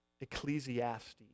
Ecclesiastes